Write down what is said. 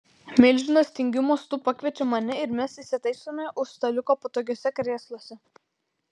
milžinas tingiu mostu pakviečia mane ir mes įsitaisome už staliuko patogiuose krėsluose